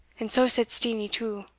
and so said steenie too.